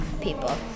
people